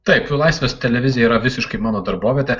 taip laisvės televizija yra visiškai mano darbovietė